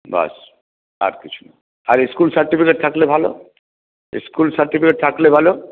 ব্যস আর কিছু না আর স্কুল সার্টিফিকেট থাকলে ভালো স্কুল সার্টিফিকেট থাকলে ভালো